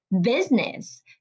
business